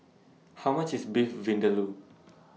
How much IS Beef Vindaloo